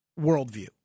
worldview